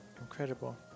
incredible